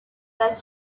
that